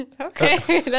okay